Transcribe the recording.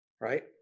right